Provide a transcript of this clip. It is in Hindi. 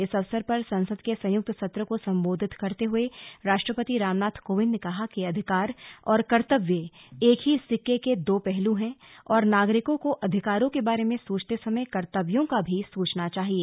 इस अवसर पर संसद के संयुक्त सत्र को संबोधित करते हुए राष्ट्रपति रामनाथ कोविंद ने कहा कि अधिकार और कर्त्व्य एक ही सिक्के दो पहलू है और नागरिकों को अधिकारों के बारे में सोचते समय कर्तव्यों का भी सोचना चाहिए